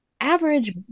average